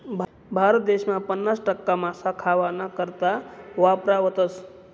भारत देसमा पन्नास टक्का मासा खावाना करता वापरावतस